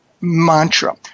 mantra